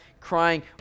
crying